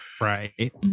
right